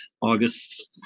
August